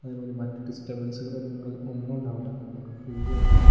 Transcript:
അതേ മാതിരി മറ്റ് ഡിസ്റ്റർബൻസ് കാര്യങ്ങൾ ഒന്നും ഉണ്ടാകില്ല നമുക്ക് ഫ്രീയായിട്ട്